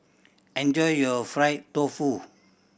enjoy your fried tofu